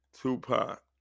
Tupac